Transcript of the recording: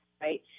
right